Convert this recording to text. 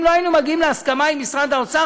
אם לא היינו מגיעים להסכמה עם משרד האוצר,